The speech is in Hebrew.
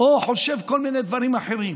או חושב כל מיני דברים אחרים.